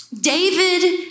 David